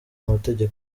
amategeko